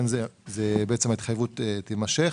ההתחייבות תימשך.